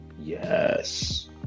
yes